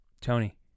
Tony